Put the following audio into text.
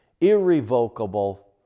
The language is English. irrevocable